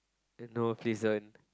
no please don't